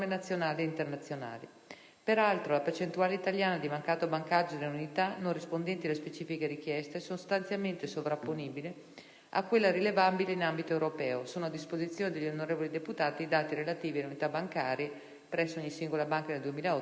Peraltro, la percentuale italiana di mancato bancaggio delle unità non rispondenti alle specifiche richieste è sostanzialmente sovrapponibile a quella rilevabile in ambito europeo. Sono a disposizione degli onorevoli senatori i dati relativi alle unità bancate presso ogni singola banca nel 2008, in allegato alla risposta.